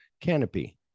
canopy